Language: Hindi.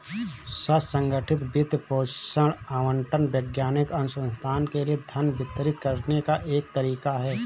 स्व संगठित वित्त पोषण आवंटन वैज्ञानिक अनुसंधान के लिए धन वितरित करने का एक तरीका हैं